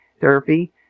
therapy